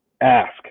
ask